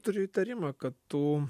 turiu įtarimą kad tų